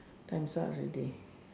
times up already